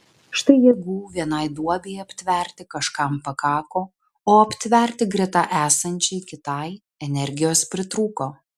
štai jėgų vienai duobei aptverti kažkam pakako o aptverti greta esančiai kitai energijos pritrūko